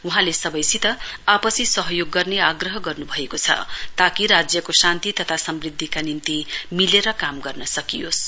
वहाँले सबैसित आपसी सहयोग गर्ने आग्रह गर्नुभएको छ ताकि राज्यको शान्ति तथा समृद्धिका निम्ति मिलेर काम गर्न सकियोस्